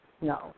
No